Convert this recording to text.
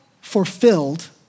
fulfilled